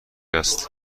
است